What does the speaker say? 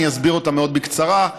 אסביר אותה מאוד בקצרה: